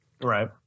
Right